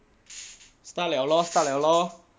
start liao lor start liao lor